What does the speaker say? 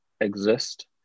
exist